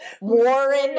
Warren